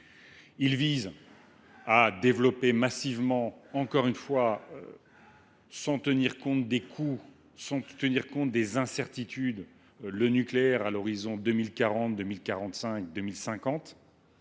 Il vise à développer massivement, encore une fois sans tenir compte des coûts et des incertitudes, le nucléaire aux horizons 2040, 2045 et 2050.